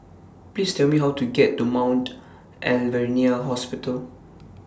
Please Tell Me How to get to Mount Alvernia Hospital